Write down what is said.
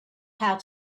had